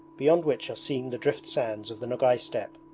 beyond which are seen the driftsands of the nogay steppe.